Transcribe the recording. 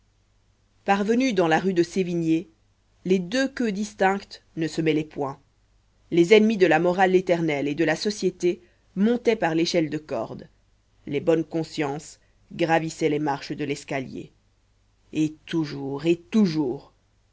parvenues dans la rue de sévigné les deux queues distinctes ne se mêlaient point les ennemis de la morale éternelle et de la société montaient par l'échelle de corde les bonnes consciences gravissaient les marches de l'escalier et toujours et toujours